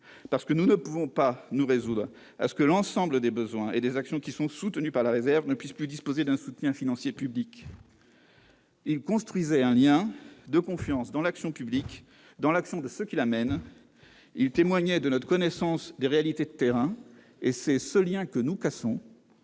parce que nous ne pouvons pas nous résoudre à ce que l'ensemble des actions soutenues par la réserve ne puissent plus disposer d'un soutien financier public. Ce soutien construisait un lien de confiance dans l'action publique, dans ceux qui la conduisent ; il témoignait notre connaissance des réalités de terrain et c'est ce lien que nous cassons.